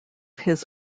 his